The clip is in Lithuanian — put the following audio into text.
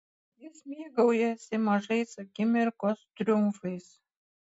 jis mėgaujasi mažais akimirkos triumfais